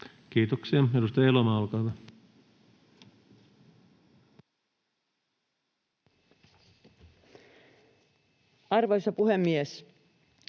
Kiitoksia. — Edustaja Salonen, olkaa hyvä. Arvoisa puhemies!